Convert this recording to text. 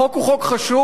החוק הוא חוק חשוב,